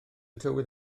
tywydd